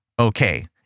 okay